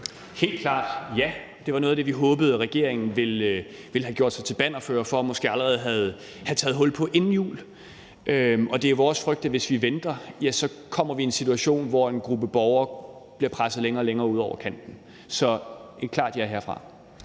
Helt klart, ja. Det var noget af det, vi håbede at regeringen ville have gjort sig til bannerfører for og måske allerede havde taget hul på inden jul. Det er vores frygt, at hvis vi venter, ja, så kommer vi i en situation, hvor en gruppe borgere bliver presset længere og længere ud over kanten. Så det er et klart ja herfra.